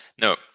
No